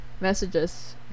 Messages